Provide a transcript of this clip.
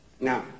Now